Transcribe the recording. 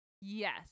Yes